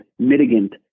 mitigant